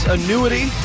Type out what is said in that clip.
Annuity